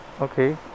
okay